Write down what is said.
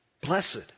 Blessed